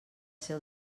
ser